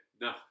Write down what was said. No